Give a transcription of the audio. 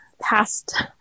past